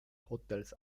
hotels